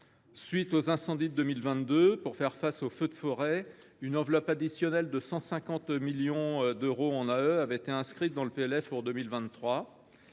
suite des incendies de 2022, pour faire face aux feux de forêt, une enveloppe additionnelle de 150 millions d’euros en AE avait été inscrite dans le PLF pour 2023.